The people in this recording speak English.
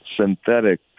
synthetic